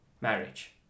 marriage